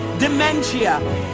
Dementia